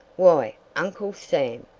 why, uncle sam,